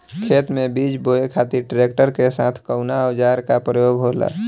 खेत में बीज बोए खातिर ट्रैक्टर के साथ कउना औजार क उपयोग होला?